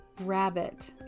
rabbit